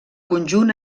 conjunt